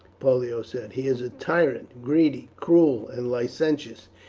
pollio said. he is a tyrant greedy, cruel, and licentious.